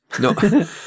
No